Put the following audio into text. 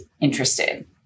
interested